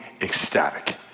ecstatic